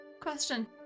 Question